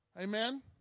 Amen